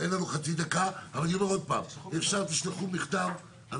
תשלחו מכתב.